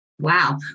Wow